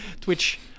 twitch